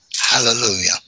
hallelujah